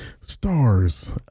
stars